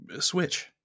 switch